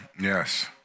Yes